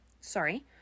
sorry